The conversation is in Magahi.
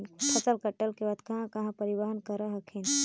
फसल कटल के बाद कहा कहा परिबहन कर हखिन?